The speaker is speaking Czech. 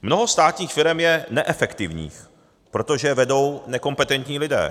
Mnoho státních firem je neefektivních, protože je vedou nekompetentní lidé.